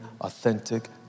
authentic